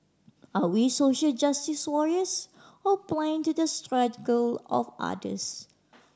are we social justice warriors or blind to the struggle of others